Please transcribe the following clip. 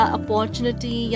opportunity